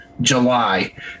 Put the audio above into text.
July